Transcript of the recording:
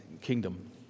kingdom